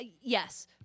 yes